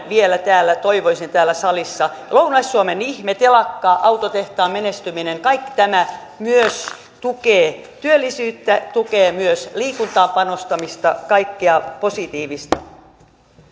vielä enemmän täällä salissa lounais suomen ihme telakka autotehtaan menestyminen kaikki tämä myös tukee työllisyyttä tukee myös liikuntaan panostamista ja kaikkea positiivista